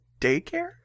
daycare